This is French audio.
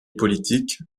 politique